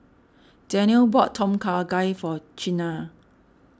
Daniele bought Tom Kha Gai for Chynna